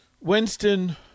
Winston